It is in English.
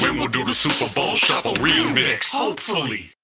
and we'll do the super bowl shuffle remix. hopefully.